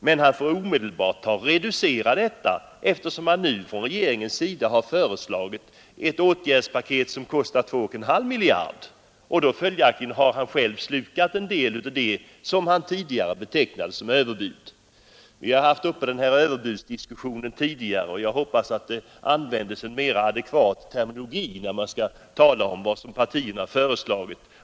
Men han måste omedelbart reducera detta, eftersom regeringens åtgärdspaket kostar 2,5 miljarder. Han har följaktligen själv slukat en del av vad han här har betecknat som överbud. Vi har haft överbudsdiskussioner tidigare, och jag hoppas på en mera adekvat terminologi när det gäller sådant som partierna föreslår.